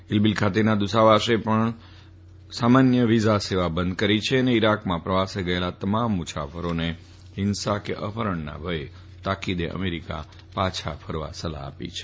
Erbil ખાતેના દ્રતાવાસે પણ સામાન્ય વિઝા સેવા બંધ કરી છે અને ઈરાકમાં પ્રવાસે ગચેલા તમામ મુસાફરોને ફિંસા કે અપફરણના ભયે તાકિદે અમેરિકા પાછા ફરવા સલાફ આપી છે